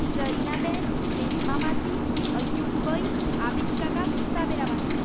જરીના બેન રેશમા માસી અય્યુબ ભાઈ આબિદ કાકા સાબેરા માસી